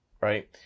Right